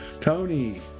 Tony